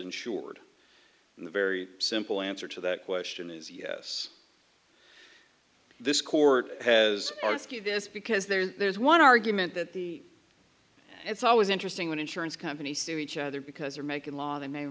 insured in the very simple answer to that question is yes this court has a risky this because there's one argument that the it's always interesting when insurance companies to each other because they're making law they may or